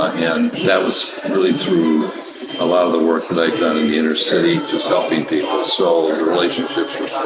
ah and that was really through a lot of the work that i've done in the inner city just helping people. so the relationships were